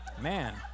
Man